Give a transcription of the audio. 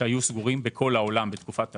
שהיו סגורים בכל העולם בתקופת הקורונה,